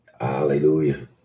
Hallelujah